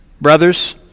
Brothers